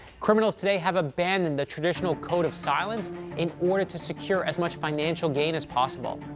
criminals today have abandoned the traditional code of silence in order to secure as much financial gain as possible.